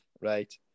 Right